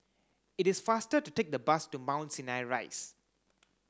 it is faster to take the bus to Mount Sinai Rise